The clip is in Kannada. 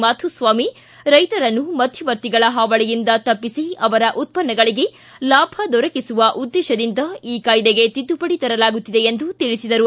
ಮಾಧುಸ್ವಾಮಿ ರೈತರನ್ನು ಮಧ್ಯವರ್ತಿಗಳ ಹಾವಳಿಯಿಂದ ತಪ್ಪಿಸಿ ಅವರ ಉತ್ಪನ್ನಗಳಿಗೆ ಲಾಭ ದೊರಕಿಸುವ ಉದ್ದೇಶದಿಂದ ಈ ಕಾಯ್ದೆಗೆ ತಿದ್ದುಪಡಿ ತರಲಾಗುತ್ತಿದೆ ಎಂದು ತಿಳಿಸಿದರು